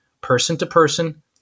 person-to-person